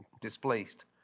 displaced